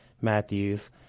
Matthews